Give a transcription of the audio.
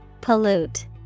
Pollute